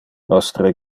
nostre